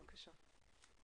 בבקשה.